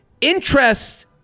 Interest